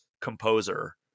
composer